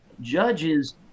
Judges